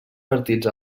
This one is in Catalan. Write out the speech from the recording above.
partits